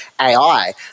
AI